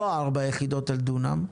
לא ארבע יחידות על דונם,